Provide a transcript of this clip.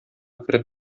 кереп